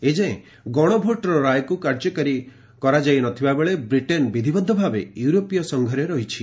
ଏଯାଏଁ ଗଣଭୋଟ୍ର ରାୟକୁ କାର୍ଯ୍ୟକାରୀ କରାଯାଇ ନଥିବାବେଳେ ବ୍ରିଟେନ୍ ବିଧିବଦ୍ଧ ଭାବେ ୟୁରୋପୀୟ ସଂଘରେ ରହିଛି